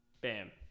Bam